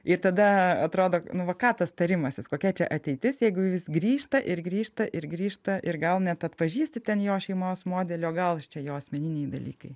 ir tada atrodo nu va ką tas tarimasis kokia čia ateitis jeigu vis grįžta ir grįžta ir grįžta ir gal net atpažįsti ten jo šeimos modelį o gal čia jo asmeniniai dalykai